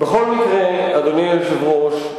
בכל מקרה, אדוני היושב-ראש,